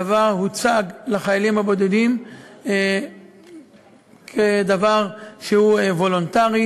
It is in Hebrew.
הדבר הוצג לחיילים הבודדים כדבר וולונטרי,